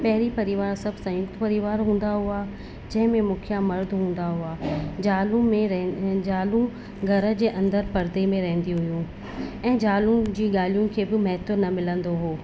पहिरीं परिवार सभु संयुक्त परिवार हूंदा हुआ जंहिंमें मुखिया मर्द हूंदा हुआ ज़ालूं में रह ज़ालूं घर जे अंदरु पर्दे में रहंदी हुयूं ऐं ज़ालुनि जी ॻाल्हियुनि खे बि महत्व न मिलंदो हुओ